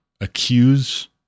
accuse